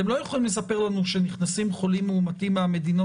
אתם לא יכולים לספר לנו שנכנסים חולים מאומתים מהמדינות